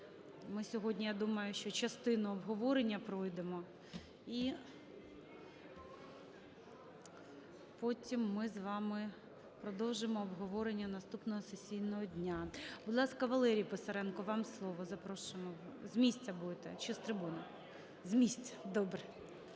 Ми сьогодні, я думаю, що частину обговорення проведемо, і потім ми з вами продовжимо обговорення наступного сесійного дня. Будь ласка, Валерій Писаренко, вам слово. Запрошуємо. З місця будете чи з трибуни? З місця. Добре.